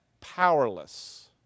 powerless